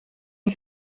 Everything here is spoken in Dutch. een